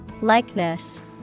Likeness